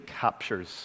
captures